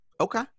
okay